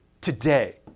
today